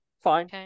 fine